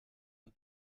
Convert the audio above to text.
und